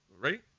right